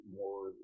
more